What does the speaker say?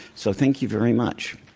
so thank you very much.